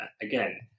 again